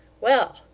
Well